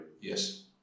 Yes